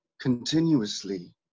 continuously